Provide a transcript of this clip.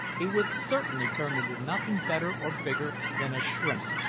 he would certainly turn into nothing better or bigger than a shrimp.